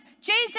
Jesus